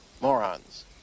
Morons